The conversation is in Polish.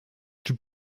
czy